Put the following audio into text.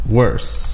worse